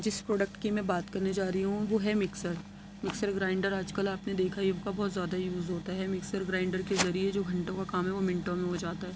جس پروڈکٹ کی میں بات کرنے جا رہی ہوں وہ ہے مکسر مکسر گرائنڈر آج کل آپ نے دیکھا ہی ہوگا بہت زیادہ ہی یوز ہوتا ہے مکسر گرائنڈر کے ذریعے جو گھنٹوں کا کام ہے وہ منٹوں میں ہو جاتا ہے